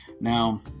Now